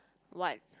what